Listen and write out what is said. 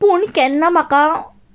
पूण केन्ना म्हाका